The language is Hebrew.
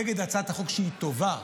נגד הצעת החוק, שהיא טובה,